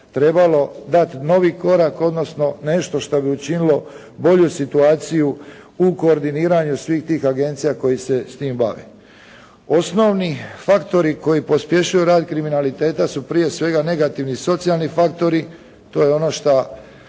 trebalo dati novi korak odnosno nešto što bi učinilo bolju situaciju u koordiniranju svih tih agencija koje se s tim bave. Osnovni faktori koji pospješuju rad kriminaliteta su prije svega negativni socijalni faktori. To je ono što